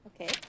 Okay